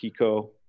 Kiko